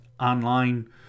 online